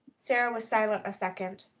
sara was silent a second.